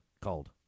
called